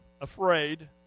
afraid